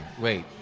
wait